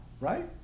right